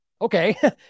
Okay